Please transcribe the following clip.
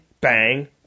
bang